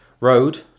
road